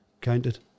counted